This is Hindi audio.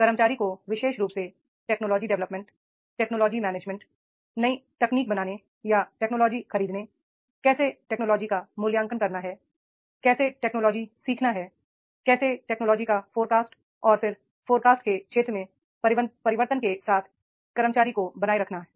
कर्मचारी को विशेष रूप से टेक्नोलॉजी डेवलपमेंट टेक्नोलॉजिकल मैनेजमेंट नई तकनीक बनाने या टेक्नोलॉजिकल खरीदने कैसे टेक्नोलॉजिकल का मूल्यांकन करना है कैसे टेक्नोलॉजिकल सीखना है कैसे टेक्नोलॉजिकल का फोरकास्ट और फिर फोरकास्ट के क्षेत्र में परिवर्तन के साथ कर्मचारी को बनाए रखना है